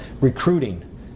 recruiting